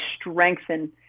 strengthen